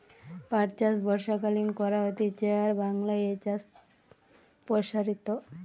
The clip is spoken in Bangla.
পাট চাষ বর্ষাকালীন করা হতিছে আর বাংলায় এই চাষ প্সারিত